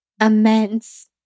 immense